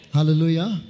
Hallelujah